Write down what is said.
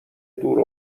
دور